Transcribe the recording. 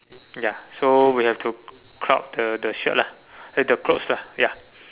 ya so we have to crop the the shirt lah eh the clothes lah ya